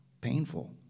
painful